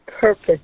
purpose